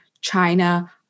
China